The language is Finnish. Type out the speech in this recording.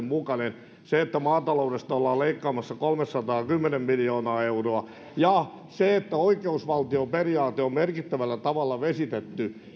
mukainen se että maataloudesta ollaan leikkaamassa kolmesataakymmentä miljoonaa euroa ja se että oikeusvaltioperiaate on merkittävällä tavalla vesitetty